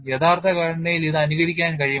യഥാർത്ഥ ഘടനയിൽ ഇത് അനുകരിക്കാൻ കഴിയുമോ